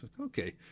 Okay